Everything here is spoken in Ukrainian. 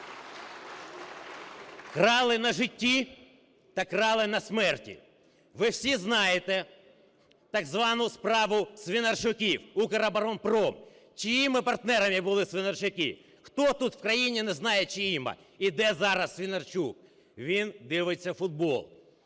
Крали на житті та крали на смерті. Ви всі знаєте так звану "справу Свинарчуків", "Укроборонпром". Чиїми партнерами були Свинарчуки? Хто тут у країні не знає чиїми і де зараз Свинарчук? Він дивиться футбол.